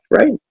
right